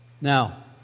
Now